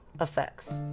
effects